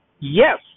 yes